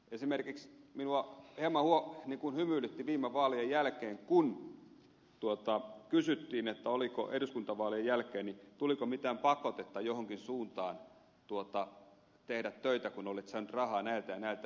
esimerkiksi minua hieman hymyilytti viime vaalien jälkeen kun kysyttiin tuliko eduskuntavaalien jälkeen mitään pakotetta johonkin suuntaan tehdä töitä kun olit saanut rahaa näiltä ja näiltä yrityksiltä